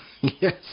Yes